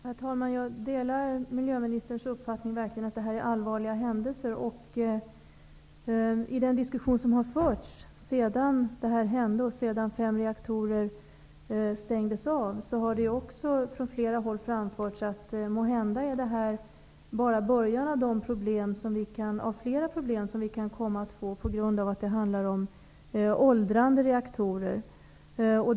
Herr talman! Jag delar verkligen miljöministerns uppfattning om att det här är allvarliga händelser. I den diskussion som har förts sedan det här hände och sedan fem reaktorer stängdes av har det från flera håll framförts att det här måhända bara är början på de problem vi kan komma att få på grund av att det handlar om gamla reaktorer.